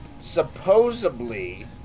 supposedly